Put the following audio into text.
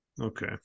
Okay